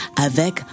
avec